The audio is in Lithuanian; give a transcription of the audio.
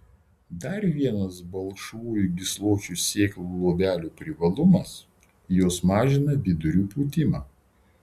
dar vienas balkšvųjų gysločių sėklų luobelių privalumas jos mažina vidurių pūtimą